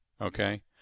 Okay